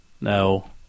no